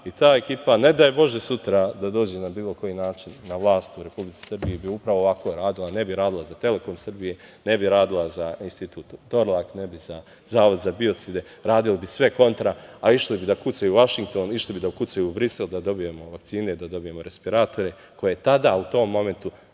ima. Ta ekipa, ne daj Bože sutra da dođe na bilo koji način na vlast u Republici Srbiji, bi upravo ovako radila, ne bi radila za „Telekom“ Srbije, ne bi radila za Institut „Torlak“, ne bi za Zavod za biocide, radila bi sve kontra, a išli bi da kucaju u Vašington, išli bi da kucaju u Brisel da dobijemo vakcine, da dobijemo respiratore, koje tada u tom momentu